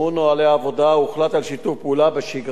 והוחלט על שיתוף פעולה בשגרה ובאירועים.